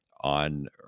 On